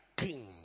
king